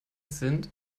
sind